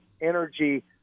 energy